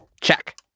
Check